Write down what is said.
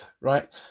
right